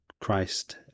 christ